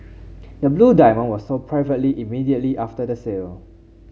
the blue diamond was sold privately immediately after the sale